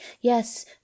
yes